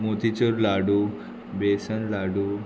motichoor laddoo besan लाडू